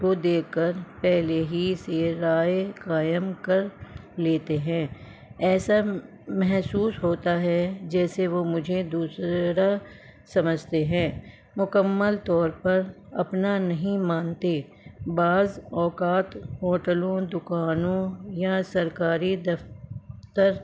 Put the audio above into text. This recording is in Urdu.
کو دے کر پہلے ہی سے رائے قائم کر لیتے ہیں ایسا محسوس ہوتا ہے جیسے وہ مجھے دوسرا سمجھتے ہیں مکمل طور پر اپنا نہیں مانتے بعض اوقات ہوٹلوں دکانوں یاں سرکاری دفتر